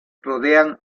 rodean